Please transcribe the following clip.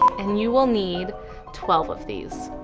and you will need twelve of these.